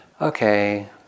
okay